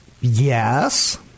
yes